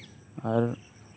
ᱟᱨ